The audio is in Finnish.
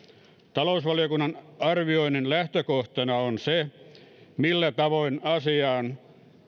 talousvaliokunnan arvioinnin lähtökohtana on se millä tavoin asiaa